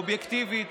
אובייקטיבית,